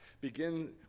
begin